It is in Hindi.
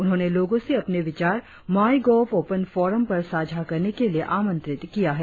उन्होंने लोगों से अपने विचार माई गाव ओपन फॉरम पर साझा करने के लिए आमंत्रित किया है